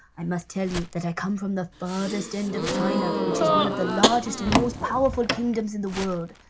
i must tell you that i come from the furthest end of china, which is one of the largest and most powerful kingdoms in the world.